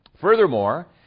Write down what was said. Furthermore